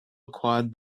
acquired